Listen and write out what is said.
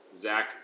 Zach